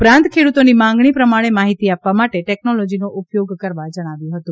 ઉપરાંત ખેડૂતોની માંગણી પ્રમાણે માહિતી આપવા માટે ટેકનોલોજીનો ઉપયોગ કરવા જણાવ્યું હતું